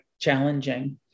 challenging